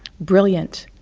brilliant,